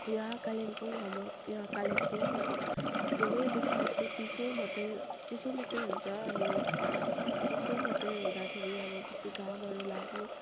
यहाँ कालिम्पोङ हाम्रो यहाँ कालिम्पोङमा धेरै बेसी जस्तो चिसो मात्रै चिसो मात्रै हुन्छ अनि चिसो मात्रै हुँदाखेरि अब बेसी घामहरू लाग्नु